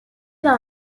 dans